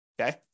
Okay